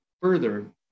further